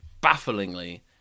bafflingly